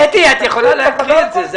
קטי, את יכולה להקריא את זה.